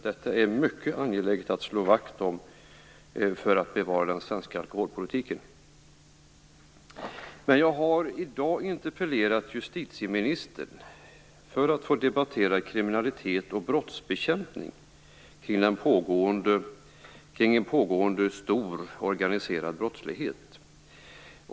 Dessa är det mycket angeläget att slå vakt om för att bevara den svenska alkholpolitiken. Jag har i dag interpellerat justitieministern för att få debattera kriminalitet och brottsbekämpning i samband med en pågående stor organiserad brottslighet.